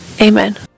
Amen